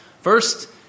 First